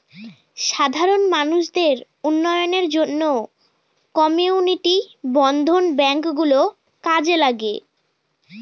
সাধারণ মানুষদের উন্নয়নের জন্য কমিউনিটি বর্ধন ব্যাঙ্ক গুলো কাজে লাগে